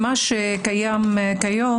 בבקשה.